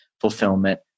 fulfillment